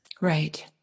Right